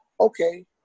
okay